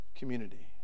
Community